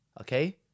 Okay